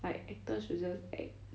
like actor should just act